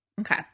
Okay